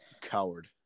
Coward